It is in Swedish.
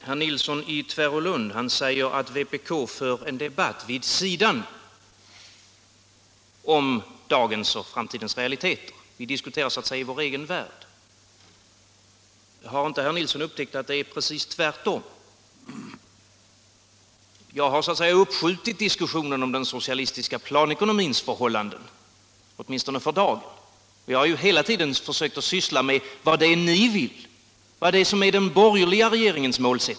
Herr talman! Herr Nilsson i Tvärålund sade att vpk för en debatt vid sidan av dagens och framtidens realiteter, vi diskuterar så att säga i vår egen värld. Men har inte herr Nilsson upptäckt att det är precis tvärtom? Jag har så att säga uppskjutit diskussionen om den socialistiska planekonomins förhållanden, åtminstone för dagen, och har hela tiden försökt att syssla med vad det är ni vill, vad som är den borgerliga regeringens mål.